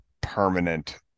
permanent